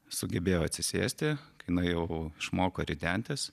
sugebėjo atsisėsti kai jinai jau išmoko ridentis